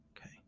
Okay